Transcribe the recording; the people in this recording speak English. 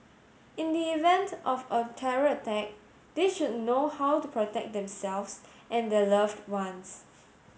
in the event of a terror attack they should know how to protect themselves and their loved ones